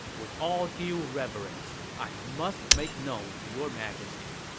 with all due reverence, i must make known to your majesty,